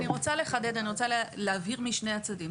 אני רוצה לחדד, אני רוצה להבהיר משני הצדדים.